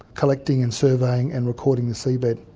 collecting and surveying and recording the seabed.